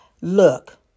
look